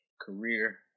career